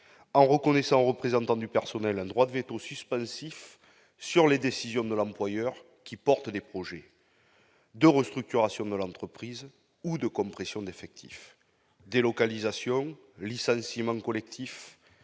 en reconnaissant aux représentants du personnel un droit de vélo suspensif sur les décisions de l'employeur relatives à des projets de restructuration de l'entreprise ou de compressions d'effectifs : délocalisations, licenciements collectifs,